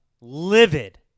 Livid